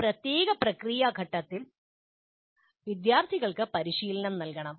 ഈ പ്രത്യേക പ്രക്രിയ ഘട്ടത്തിൽ വിദ്യാർത്ഥികൾക്ക് പരിശീലനം നൽകണം